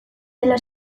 dela